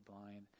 blind